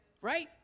right